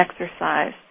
exercise